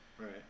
right